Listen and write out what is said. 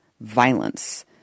violence